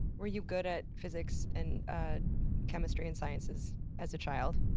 were you good at physics and chemistry and sciences as a child,